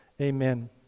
Amen